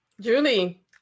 Julie